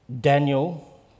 Daniel